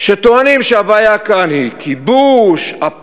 שטוענים שהבעיה כאן היא כיבוש, אפרטהייד,